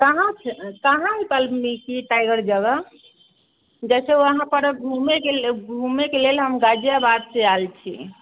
कहाँ सँ कहाँ है वाल्मीकि टाइगर जगह जैसे वहाँपर घूमैके लिए घूमैके लेल हम गाजियाबादसँ आयल छी